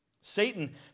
Satan